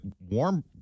warm